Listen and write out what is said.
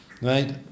Right